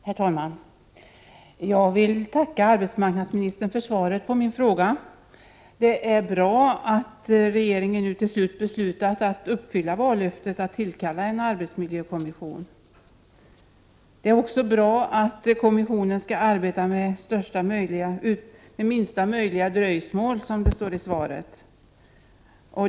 Herr talman! Jag vill tacka arbetsmarknadsministern för svaret på min fråga. Det är bra att regeringen nu beslutat att uppfylla vallöftet att tillkalla en arbetsmiljökommission. Det är också bra att kommissionen skall arbeta med minsta möjliga dröjsmål, som det står i svaret.